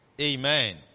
amen